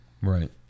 right